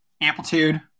Amplitude